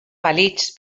balitz